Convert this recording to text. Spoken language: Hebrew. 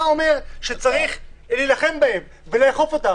אומר שצריך להילחם בהם ולאכוף עליהם.